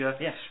Yes